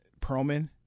perlman